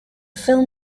film